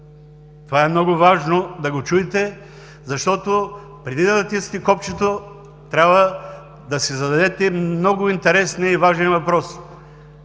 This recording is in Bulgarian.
Това е много важно да го чуете, защото преди да натиснете копчето, трябва да си зададете много интересния и важен въпрос: